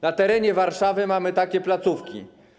Na terenie Warszawy mamy takie placówki.